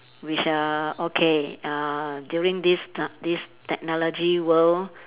which are okay uh during this ti~ this technology world